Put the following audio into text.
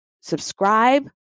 subscribe